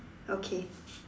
okay